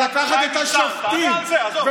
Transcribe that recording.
ולקחת את השופטים, תענה על זה, עזוב.